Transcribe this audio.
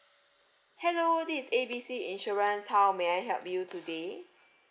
hello this A B C insurance how may I help you today